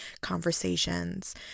conversations